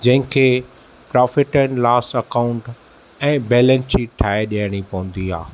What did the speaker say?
जंहिं खे profit and loss account ऐं बैलेंस शीट ठाहे ॾियणी पवंदी आहे